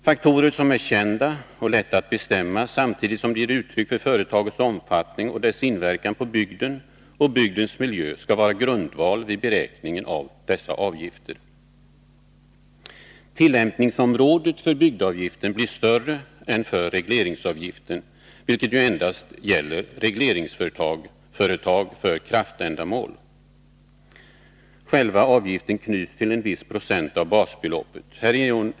Faktorer som är kända och lätta att bestämma samtidigt som de ger uttryck för företagets omfattning och dess inverkan på bygden och bygdens miljö skall vara grundval vid beräkningen av avgifterna. Tillämpningsområdet för bygdeavgiften blir större än för regleringsavgiften, vilken endast gäller regleringsföretag för kraftändamål. Själva avgiften knyts till en viss procent av basbeloppet.